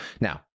Now